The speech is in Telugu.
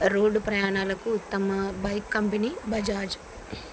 రోడ్ ప్రయాణాలకు ఉత్తమ బైక్ కంపెనీ బజాజ్